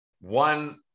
one